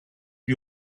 qui